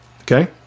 Okay